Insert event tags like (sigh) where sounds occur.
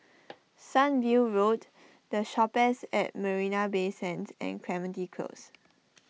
(noise) Sunview Road the Shoppes at Marina Bay Sands and Clementi Close